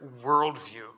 worldview